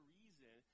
reason